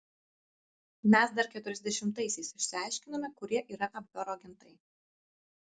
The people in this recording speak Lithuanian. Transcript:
mes dar keturiasdešimtaisiais išsiaiškinome kurie yra abvero agentai